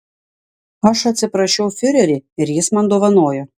aš atsiprašiau fiurerį ir jis man dovanojo